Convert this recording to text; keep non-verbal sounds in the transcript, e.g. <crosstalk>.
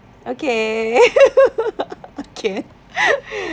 okay <laughs> okay <laughs>